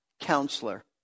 Counselor